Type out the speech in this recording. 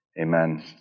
Amen